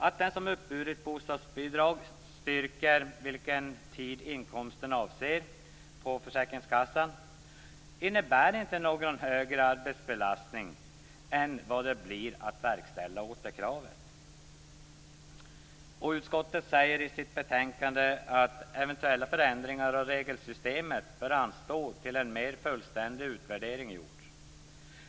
Att den som uppburit bostadsbidrag styrker vilken tid inkomsterna avser för försäkringskassan innebär inte någon större arbetsbelastning än vad det blir att verkställa ett återkrav. Utskottet säger i sitt betänkande att eventuella förändringar av regelsystemet bör anstå till en mer fullständig utvärdering gjorts.